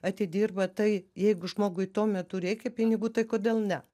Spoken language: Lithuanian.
atidirba tai jeigu žmogui tuo metu reikia pinigų tai kodėl ne